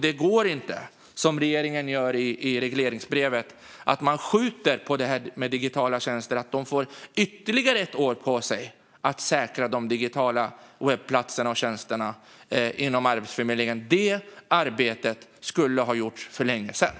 Det går inte att som regeringen gör i regleringsbrevet skjuta på digitala tjänster så att de får ytterligare ett år på sig att säkra de digitala webbplatserna och tjänsterna inom Arbetsförmedlingen. Det arbetet skulle ha gjorts för länge sedan.